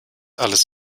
alles